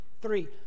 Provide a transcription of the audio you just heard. three